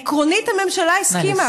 עקרונית, הממשלה הסכימה.